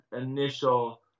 initial